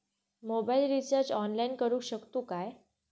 Mobile recharge online करुक शकतू काय?